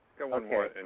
Okay